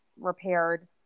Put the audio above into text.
repaired